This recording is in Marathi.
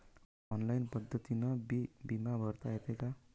ऑनलाईन पद्धतीनं बी बिमा भरता येते का?